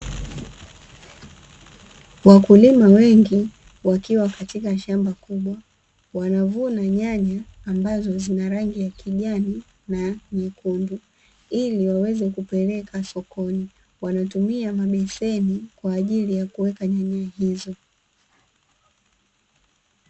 Wakulima wengi wakiwa katika shamba kubwa, wanavuna Nyanya ambazo zina rangi ya Kijani na Nyekundu waweze kupeleka sokoni, wanatumia mabeseni kwaajili ya kuweka Nyanya hizo.